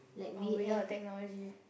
uh without technology